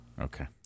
Okay